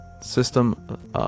system